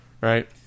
right